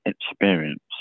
experience